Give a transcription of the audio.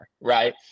right